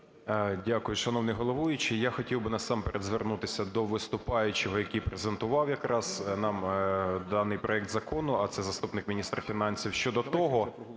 Дякую, шановний головуючий. Я хотів би насамперед звернутися до виступаючого, який презентував якраз нам даний проект закону, а це заступник міністра фінансів,